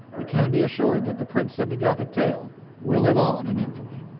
we can be assured that the prince of the gothic tale will live on in infamy.